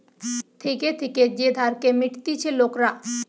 থেকে থেকে যে ধারকে মিটতিছে লোকরা